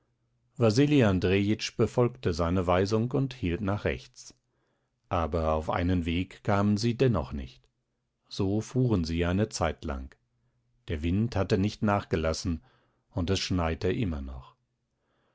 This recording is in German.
wasili andrejitsch befolgte seine weisung und hielt nach rechts aber auf einen weg kamen sie dennoch nicht so fuhren sie eine zeitlang der wind hatte nicht nachgelassen und es schneite immer noch